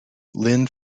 lynn